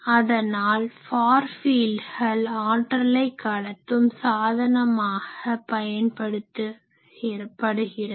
அதனால் ஃபார் ஃபீல்ட்கள் ஆற்றலை கடத்தும் சாதனமாக பயன்படுகிறது